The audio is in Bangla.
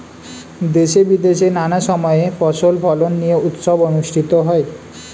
দেশে বিদেশে নানা সময় ফসল ফলন নিয়ে উৎসব অনুষ্ঠিত হয়